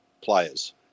players